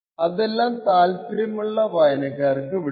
അതെല്ലാം താല്പര്യമുള്ള വായനക്കാർക്ക് വിടുന്നു